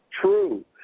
true